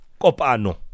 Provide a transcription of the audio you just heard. Kopano